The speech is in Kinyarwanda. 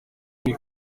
hano